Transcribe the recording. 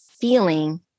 feeling